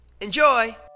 Enjoy